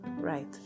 Right